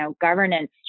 governance